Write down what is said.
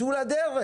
צאו לדרך.